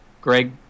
Greg